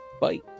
bye